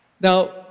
Now